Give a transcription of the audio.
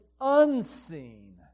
unseen